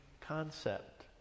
concept